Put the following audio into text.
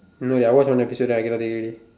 no I watch one episode then I cannot take it already